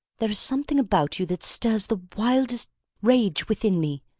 there is something about you that stirs the wildest rage within me.